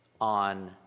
on